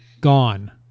Gone